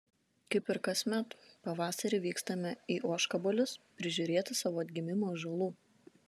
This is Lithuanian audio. kaip ir kasmet pavasarį vykstame į ožkabalius prižiūrėti savo atgimimo ąžuolų